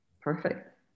perfect